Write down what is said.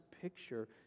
picture